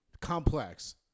complex